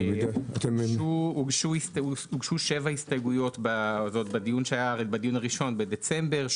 הוגשו שבע הסתייגויות עוד בדיון הראשון שהיה בדצמבר.